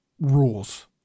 rules